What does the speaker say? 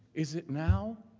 is it now,